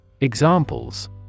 Examples